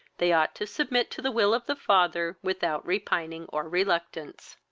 they ought to submit to the will of the father without repining or reluctance.